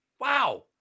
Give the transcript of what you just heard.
wow